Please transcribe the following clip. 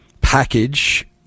package